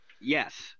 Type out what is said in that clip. Yes